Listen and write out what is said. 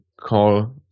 call